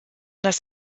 das